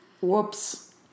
Whoops